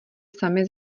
samy